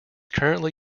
currently